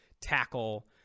tackle